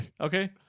Okay